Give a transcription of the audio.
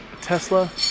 Tesla